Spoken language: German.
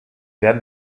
werden